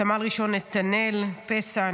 סמל ראשון נתנאל פסח,